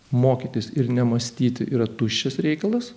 mokytis ir nemąstyti yra tuščias reikalas